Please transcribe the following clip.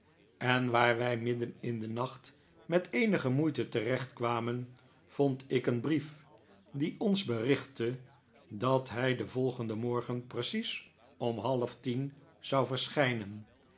en waar wij midden in den nacht met eenige moeite terechtkwamen vond ik een brief die ons berichtte dat hij den volgenden morgen precies om half tien zou verschijnen